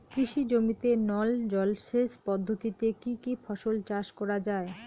কৃষি জমিতে নল জলসেচ পদ্ধতিতে কী কী ফসল চাষ করা য়ায়?